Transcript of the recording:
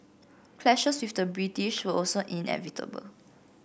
clashes with the British were also inevitable